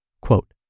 Quote